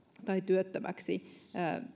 tai työttömiksi